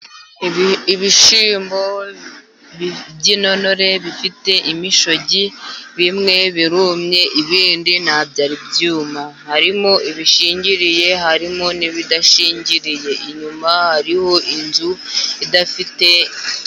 Ibishyimbo by'intore bifite imisogwe bimwe birumye ibindi ntabwo byari byuma. Harimo ibishingiriye harimo n'ibidashingiriye, inyuma hariho inzu idafite.